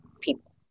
people